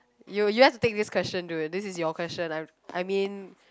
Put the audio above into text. you just take this question do you this is your question I I mean